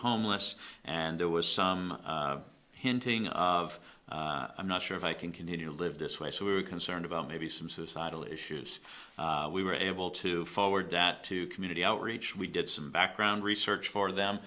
homeless and there was some hinting of i'm not sure if i can continue to live this way so we were concerned about maybe some suicidal issues we were able to forward that to community outreach we did some background search for them